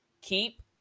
Keep